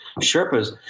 Sherpas